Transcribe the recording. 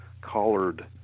collared